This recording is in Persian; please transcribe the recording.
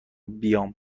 بیام